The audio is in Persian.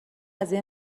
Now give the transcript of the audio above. قضیه